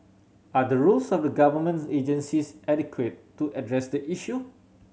are the rules of the government agencies adequate to address the issue